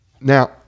now